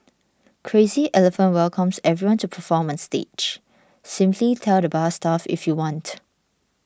Crazy Elephant welcomes everyone to perform on stage simply tell the bar staff if you want